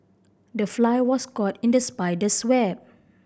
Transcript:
the fly was caught in the spider's web